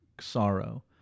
sorrow